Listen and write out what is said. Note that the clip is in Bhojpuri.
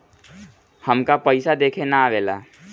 हमका पइसा देखे ना आवेला?